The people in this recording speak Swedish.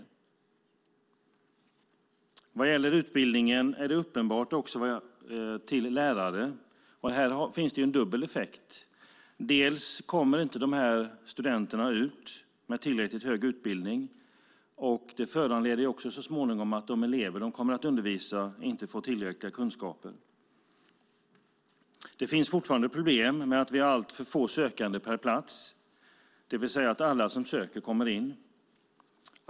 Detta är uppenbart vad gäller utbildningen till lärare. Här finns en dubbel effekt, dels går inte studenterna ut med tillräckligt hög utbildning, dels föranleder detta att så småningom kommer de elever de ska undervisa inte att få tillräckliga kunskaper. Det finns fortfarande problem med att det är alltför få sökande per plats, det vill säga att alla som söker kommer in.